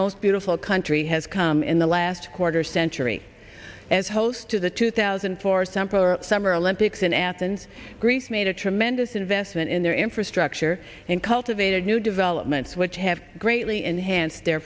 most beautiful country has come in the last quarter century as host to the two thousand and four simpler summer olympics in athens greece made a tremendous investment in their infrastructure and cultivated new developments which have greatly enhanced their